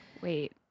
wait